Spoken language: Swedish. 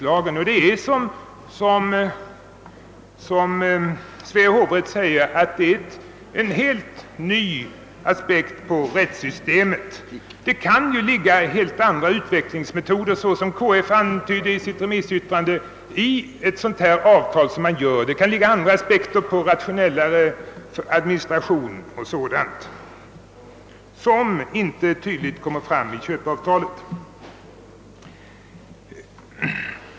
Den innebär, som Svea hovrätt uttalar, en väsentlig ändring i rättssystemet. Det kan ligga speciella skäl — KF antyder detta i sitt remissyttrande — bakom ett sådant avtal, exempelvis önskan att uppnå en rationellare produktion, som inte tydligt kommer fram i köpeavtalet.